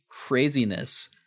craziness